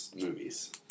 movies